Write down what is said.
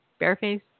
Bareface